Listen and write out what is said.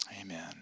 Amen